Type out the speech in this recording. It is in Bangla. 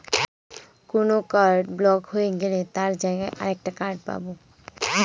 কোন কার্ড ব্লক হয়ে গেলে তার জায়গায় আর একটা কার্ড পাবো